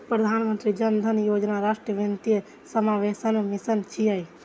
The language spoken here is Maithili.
प्रधानमंत्री जन धन योजना राष्ट्रीय वित्तीय समावेशनक मिशन छियै